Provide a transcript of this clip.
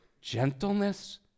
gentleness